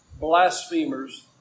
blasphemers